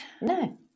No